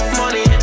money